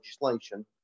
legislation